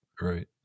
Right